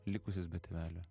likusius be tėvelių